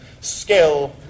skill